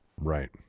right